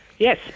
Yes